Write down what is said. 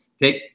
take